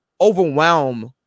overwhelm